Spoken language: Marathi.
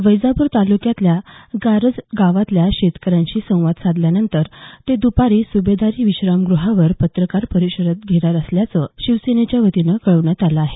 वैजापूर तालुक्यातल्या गारज गावातल्या शेतकऱ्यांशी संवाद साधल्यानंतर ते दपारी सुभेदारी विश्रामगुहावर पत्रकार परिषद घेणार असल्याचं शिवसेनेच्या वतीनं कळवण्यात आलं आहे